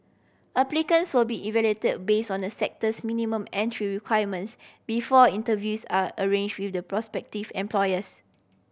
applicants will be evaluated base on a sector's minimum entry requirements before interviews are arrange with the prospective employers